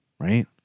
Right